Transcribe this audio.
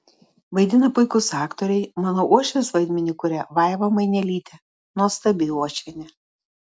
vaidina puikūs aktoriai mano uošvės vaidmenį kuria vaiva mainelytė nuostabi uošvienė